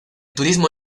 turismo